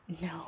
no